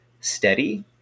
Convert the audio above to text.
steady